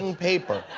and paper.